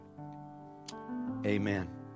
Amen